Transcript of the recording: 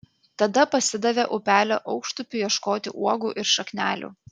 tada pasidavė upelio aukštupiu ieškoti uogų ir šaknelių